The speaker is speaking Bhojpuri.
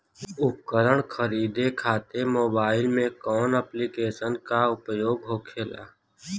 उपकरण खरीदे खाते मोबाइल में कौन ऐप्लिकेशन का उपयोग होखेला?